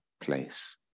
place